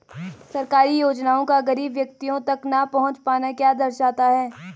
सरकारी योजनाओं का गरीब व्यक्तियों तक न पहुँच पाना क्या दर्शाता है?